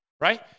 right